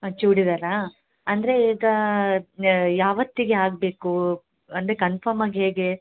ಹಾಂ ಚೂಡಿದಾರ ಅಂದರೆ ಈಗಾ ಯಾವತ್ತಿಗೆ ಆಗಬೇಕು ಅಂದರೆ ಕನ್ಫರ್ಮ್ ಆಗಿ ಹೇಗೆ